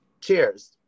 Cheers